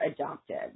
adopted